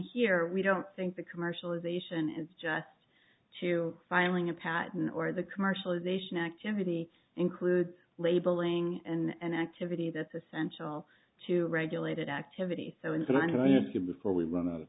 here we don't think the commercialization is just to filing a patent or the commercialization activity includes labeling and activity that's essential to regulated activity so in front of you before we run out of